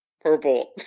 purple